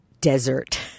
desert